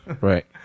Right